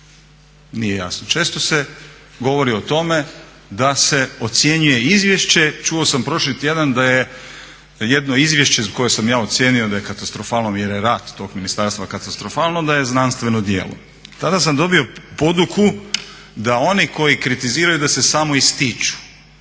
nije jasno. Često se govori o tome da se ocjenjuje izvješće, čuo sam prošli tjedan da je jedno izvješće koje sam ja ocijenio da je katastrofalno jer je rad tog ministarstva katastrofalno da je znanstveno djelo. Tada sam dobio poduku da oni koji kritiziraju da se samo ističu.